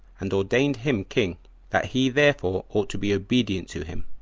and ordained him king that he therefore ought to be obedient to him,